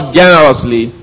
generously